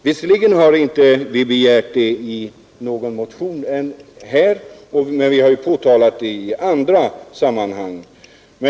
Visserligen har vi inte begärt det i någon motion, men vi har påtalat det i andra sammanhang.